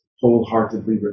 wholeheartedly